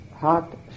Heart